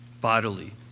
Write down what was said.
bodily